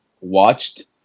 watched